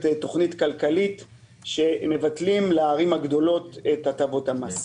תוכנית כלכלית לבטל לערים הגדולות את הטבות המס.